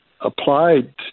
applied